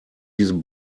diesen